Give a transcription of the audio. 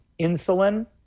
insulin